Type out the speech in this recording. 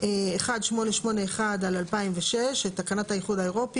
"תקנה 1881/2006" - תקנת האיחוד האירופי